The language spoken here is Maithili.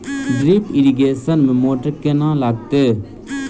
ड्रिप इरिगेशन मे मोटर केँ लागतै?